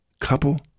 couple